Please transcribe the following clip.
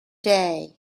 day